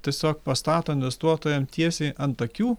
tiesiog pastato investuotojam tiesiai ant akių